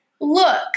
look